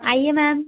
आइए मैम